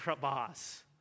boss